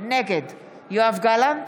נגד יואב גלנט,